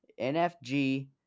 NFG